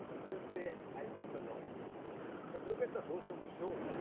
people say, i sleep a lot. but look at the host of the show.